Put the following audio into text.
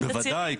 בוודאי.